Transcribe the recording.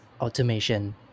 automation